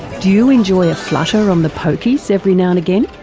do you enjoy a flutter on the pokies every now and again?